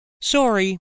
Sorry